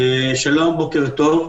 בוקר טוב.